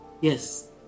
Yes